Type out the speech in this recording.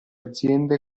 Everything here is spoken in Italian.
aziende